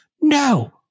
No